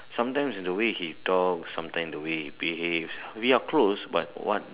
sometime the way he talk sometime the way he behave we are close but one